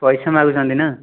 ପଇସା ମାଗୁଚନ୍ତି ନା